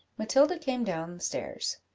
matilda came down stairs,